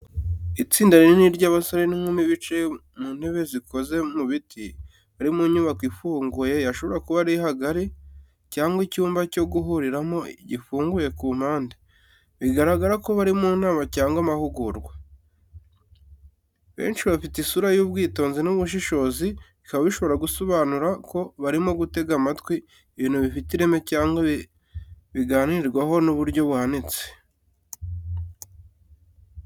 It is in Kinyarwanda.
Itsinda rinini ry’abasore n’inkumi bicaye mu ntebe z’ikoze mu biti, bari mu nyubako ifunguye, yashobora kuba ari hangari cyangwa icyumba cyo guhuriramo gifunguye ku mpande, bigaragara ko bari mu nama cyangwa amahugurwa. Benshi bafite isura y’ubwitonzi n’ubushishozi bikaba bishobora gusobanura ko barimo gutega amatwi ibintu bifite ireme cyangwa biganirwaho n’uburyo buhanitse.